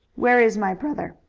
where is my brother?